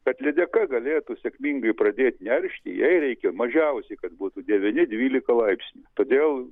kad lydeka galėtų sėkmingai pradėt neršti jai reikia mažiausiai kad būtų devyni dvylika laipsnių todėl